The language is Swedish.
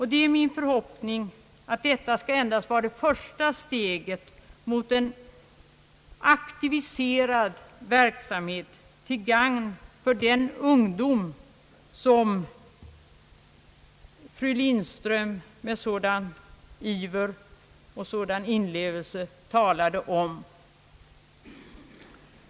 Det är min förhoppning att detta endast utgör första steget mot en aktiviserad verksamhet till gagn för den ungdom, som fru Lindström med sådan iver och inlevelse talat om.